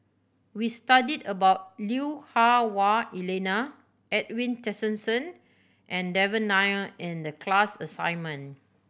we studied about Lui Hah Wah Elena Edwin Tessensohn and Devan Nair in the class assignment